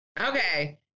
Okay